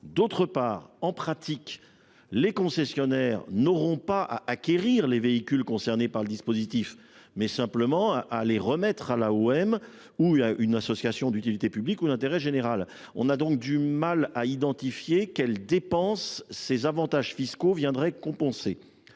Deuxièmement, en pratique, les concessionnaires auront non pas à acquérir les véhicules concernés, mais simplement à les remettre à l’AOM ou à une association reconnue d’utilité publique ou d’intérêt général. Nous avons donc du mal à identifier quelles dépenses ces avantages fiscaux viendraient compenser.